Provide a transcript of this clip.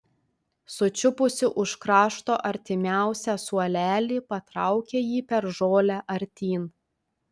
sučiupusi už krašto artimiausią suolelį patraukė jį per žolę artyn